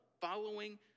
following